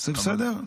זה בסדר?